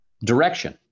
direction